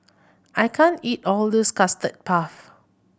I can't eat all of this Custard Puff